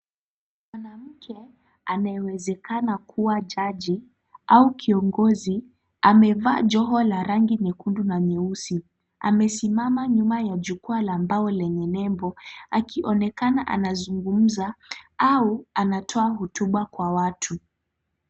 Mwanamke anayewezekana kuwa jaji au kiongozi amevaa joho la rangi nyekundu na nyeusi. Amesimama nyuma ya la mbao lenye nembo akionekana anazungumza au anatoa hutuba kwa watu.